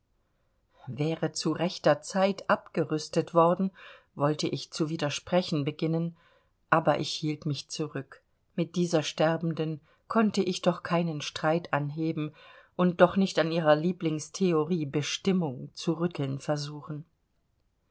wäre zu rechter zeit abgerüstet worden wollte ich zu widersprechen beginnen aber ich hielt mich zurück mit dieser sterbenden konnte ich doch keinen streit anheben und doch nicht an ihrer lieblingstheorie bestimmung zu rütteln versuchen